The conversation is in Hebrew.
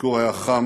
הביקור היה חם